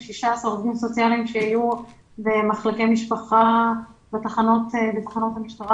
16 עובדים סוציאליים שיהיו במחלקי משפחה בתחנות המשטרה.